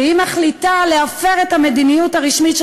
שמחליטה להפר את המדיניות הרשמית של